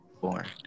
born